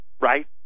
right